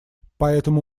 поэтому